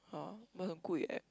hor but 很贵 eh